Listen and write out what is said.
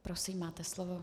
Prosím, máte slovo.